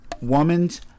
woman's